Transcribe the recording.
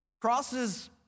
Crosses